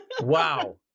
Wow